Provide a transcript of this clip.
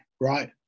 right